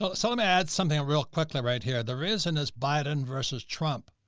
but so um add something real quickly, right here, there isn't as biden versus trump.